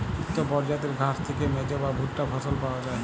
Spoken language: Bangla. ইকট পরজাতির ঘাঁস থ্যাইকে মেজ বা ভুট্টা ফসল পাউয়া যায়